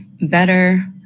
better